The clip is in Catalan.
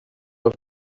els